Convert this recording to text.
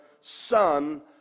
son